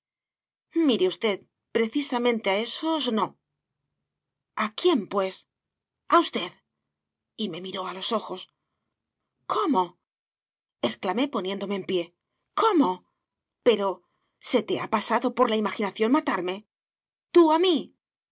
mire usted precisamente a esos no a quién pues a usted y me miró a los ojos cómo exclamé poniéndome en pie cómo pero se te ha pasado por la imaginación matarme tú y a mí